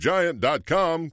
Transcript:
Giant.com